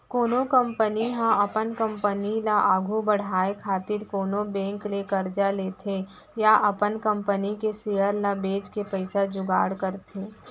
कोनो कंपनी ह अपन कंपनी ल आघु बड़हाय खातिर कोनो बेंक ले करजा लेथे या अपन कंपनी के सेयर ल बेंच के पइसा जुगाड़ करथे